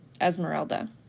Esmeralda